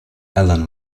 allen